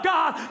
God